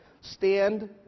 stand